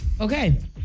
Okay